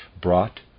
brought